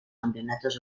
campeonatos